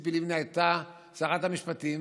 כשציפי לבני הייתה שרת המשפטים